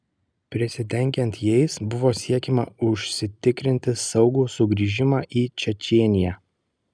prisidengiant jais buvo siekiama užsitikrinti saugų sugrįžimą į čečėniją